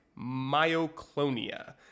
myoclonia